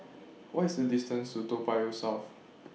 What IS The distance to Toa Payoh South